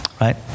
right